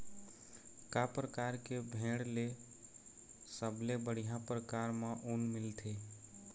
का परकार के भेड़ ले सबले बढ़िया परकार म ऊन मिलथे?